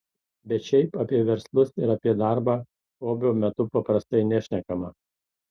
bet šiaip apie verslus ir apie darbą hobio metu paprastai nešnekama